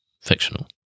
fictional